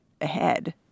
ahead